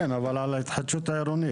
כן, אבל על ההתחדשות העירונית.